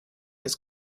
das